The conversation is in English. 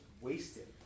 wasted